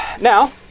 Now